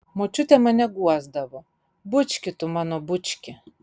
močiutė mane guosdavo bučki tu mano bučki